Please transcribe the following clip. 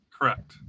Correct